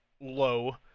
low